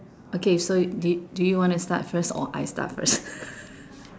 okay so do do you want to start first or I start first